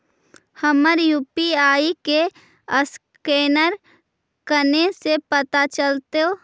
हमर यु.पी.आई के असकैनर कने से पता चलतै?